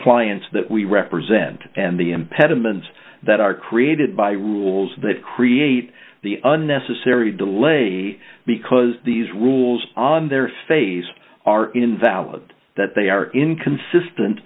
clients that we represent and the impediments that are created by rules that create the unnecessary delay because these rules on their face are invalid that they are inconsistent